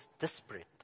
desperate